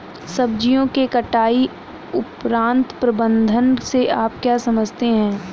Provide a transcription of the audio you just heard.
सब्जियों के कटाई उपरांत प्रबंधन से आप क्या समझते हैं?